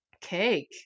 Cake